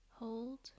Hold